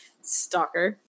stalker